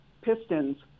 pistons